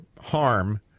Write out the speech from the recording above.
harm